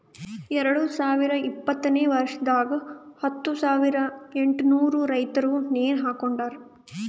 ಎರಡು ಸಾವಿರ ಇಪ್ಪತ್ತನೆ ವರ್ಷದಾಗ್ ಹತ್ತು ಸಾವಿರ ಎಂಟನೂರು ರೈತುರ್ ನೇಣ ಹಾಕೊಂಡಾರ್